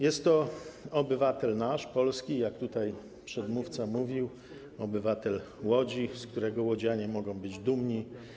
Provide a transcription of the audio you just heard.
Jest to obywatel nasz, polski, jak tutaj przedmówca mówił, obywatel Łodzi, z którego łodzianie mogą być dumni.